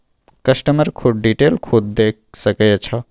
customer खुद detail खुद देख सके अच्छा